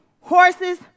horses